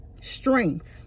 strength